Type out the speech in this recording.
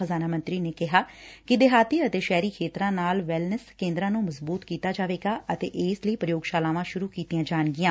ਖ਼ਜ਼ਾਨਾ ਮੰਤਰੀ ਨੇ ਕਿਹਾ ਕਿ ਦੇਹਾਤੀ ਅਤੇ ਸ਼ਹਿਰੀ ਖੇਤਰਾ ਨਾਲ ਵੈਲਨੈਸ ਕੇਂਦਰਾਂ ਨੂੰ ਮਜ਼ਬੁਤ ਕੀਤਾ ਜਾਵੇਗਾ ਤੇ ਇਸ ਲਈ ਪ੍ਰਯੋਗਸਾਲਾਵਾਂ ਸੂਰੁ ਕੀਤੀਆਂ ਜਾਣਗੀਆਂ